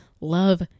love